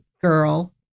girl